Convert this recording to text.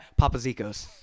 Papazikos